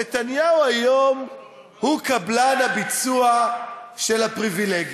נתניהו היום הוא קבלן הביצוע של הפריבילגים,